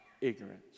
Ignorance